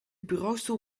bureaustoel